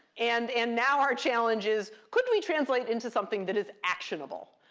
and and now our challenge is, could we translate into something that is actionable?